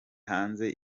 hanze